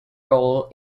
role